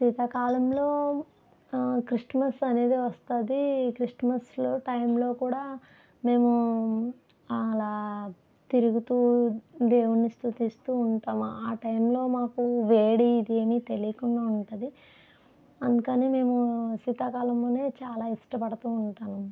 శీతాకాలంలో క్రిస్ట్మస్ అనేది క్రిస్ట్మస్లో టైమ్లో కూడా మేము అలా తిరుగుతూ దేవుడిని స్తుతిస్తూ ఉంటాము ఆ టైమ్లో మాకు వేడి ఇది ఏమి తెలియకుండా ఉంటుంది అందుకనే మేము శీతాకాలమునే చాలా ఇష్టపడుతూ ఉంటాను